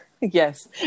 Yes